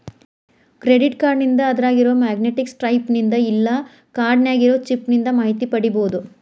credit ಕಾರ್ಡ್ನಿಂದ ಅದ್ರಾಗಿರೊ magnetic stripe ನಿಂದ ಇಲ್ಲಾ ಕಾರ್ಡ್ ನ್ಯಾಗಿರೊ ಚಿಪ್ ನಿಂದ ಮಾಹಿತಿ ಪಡಿಬೋದು